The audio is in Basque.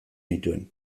nituen